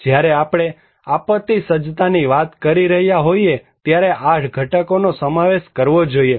જ્યારે આપણે આપત્તિ સજ્જતાની વાત કરી રહ્યા હોઈએ ત્યારે આ ઘટકોનો સમાવેશ કરવો જોઈએ